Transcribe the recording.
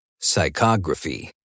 Psychography